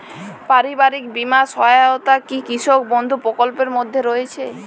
পারিবারিক বীমা সহায়তা কি কৃষক বন্ধু প্রকল্পের মধ্যে রয়েছে?